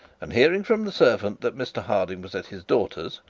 and hearing from the servant that mr harding was at his daughter's,